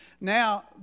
Now